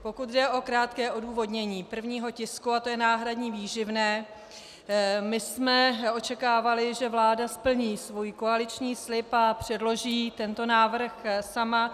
Pokud jde o krátké odůvodnění prvního tisku, to je náhradní výživné, my jsme očekávali, že vláda splní svůj koaliční slib a předloží tento návrh sama.